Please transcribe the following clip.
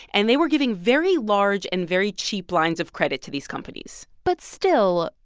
and they were giving very large and very cheap lines of credit to these companies but still,